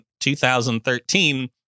2013